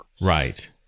Right